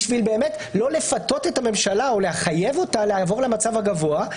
כדי לא לפתות את הממשלה או לחייב אותה לעבור למצב הגבוה.